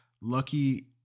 Lucky